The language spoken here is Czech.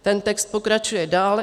Ten text pokračuje dál.